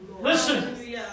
Listen